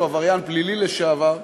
שהוא עבריין פלילי לשעבר,